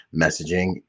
messaging